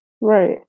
Right